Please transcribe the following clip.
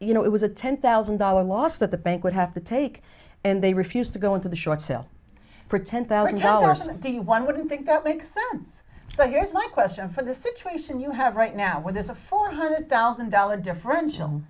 you know it was a ten thousand dollar loss that the bank would have to take and they refused to go into the short sale for ten thousand dollars and the one wouldn't think that makes sense so here's my question for the situation you have right now with this a four hundred thousand dollars differential